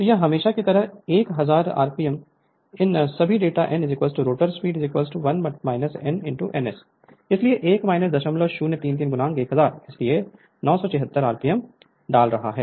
तो यह हमेशा की तरह 1000 आरपीएम इन सभी data n rotor speed ns इसलिए 1 0033 1000 इसलिए 967 आरपीएम डाल रहा है